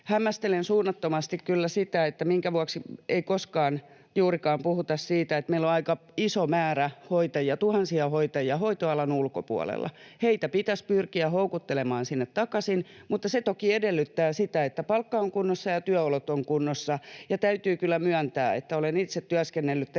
Hämmästelen suunnattomasti kyllä sitä, minkä vuoksi ei koskaan juurikaan puhuta siitä, että meillä on aika iso määrä hoitajia, tuhansia hoitajia, hoitoalan ulkopuolella. Heitä pitäisi pyrkiä houkuttelemaan sinne takaisin, mutta se toki edellyttää sitä, että palkka on kunnossa ja työolot ovat kunnossa, ja täytyy kyllä myöntää, että kun olen itse työskennellyt terveydenhuollossa